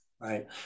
Right